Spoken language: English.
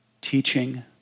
teaching